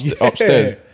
upstairs